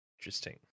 Interesting